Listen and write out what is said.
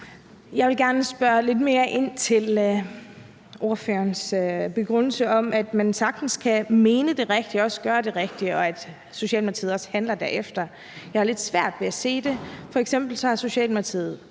Jeg vil gerne spørge lidt mere ind til ordførerens begrundelse for, at man sagtens kan mene det rigtige og også gøre det rigtige, og at Socialdemokratiet også handler derefter. Jeg har lidt svært ved at se det. F.eks. har Socialdemokratiet